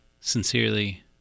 sincerely